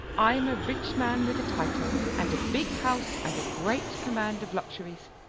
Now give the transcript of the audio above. i am a rich man with a title, and a big house, and a great command of luxuries.